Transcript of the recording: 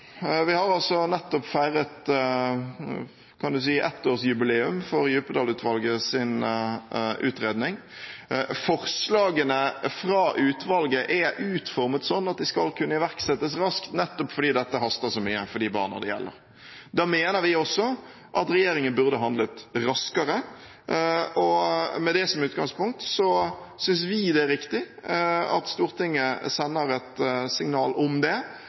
Vi har altså nettopp feiret – kan man si – ettårsjubileum for Djupedal-utvalgets utredning. Forslagene fra utvalget er utformet sånn at de skal kunne iverksettes raskt, nettopp fordi dette haster så mye for de barna det gjelder. Da mener vi også at regjeringen burde handlet raskere, og med det som utgangspunkt synes vi det er riktig at Stortinget sender et signal om det.